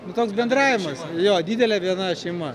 nu toks bendravimas jo didelė viena šeima